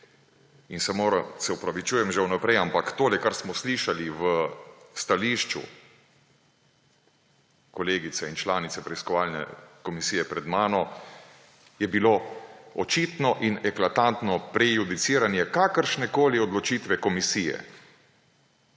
televiziji. Se opravičujem že vnaprej, ampak tole, kar smo slišali v stališču kolegice in članice preiskovalne komisije pred mano, je bilo očitno in eklatantno prejudiciranje kakršnekoli odločitve komisije.